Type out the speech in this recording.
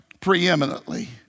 preeminently